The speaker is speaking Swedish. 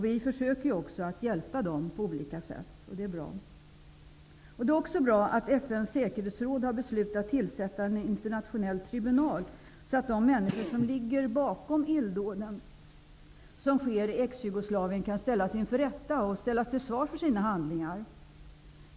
Vi försöker också att hjälpa dem på olika sätt, och det är bra. Det är också bra att FN:s säkerhetsråd har beslutat att tillsätta en internationell tribunal, så att de människor som ligger bakom de illdåd som sker i Ex-Jugoslavien kan ställas inför rätta och ställas till svars för sina handlingar.